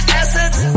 assets